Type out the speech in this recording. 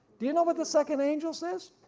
do you know what the second angel says?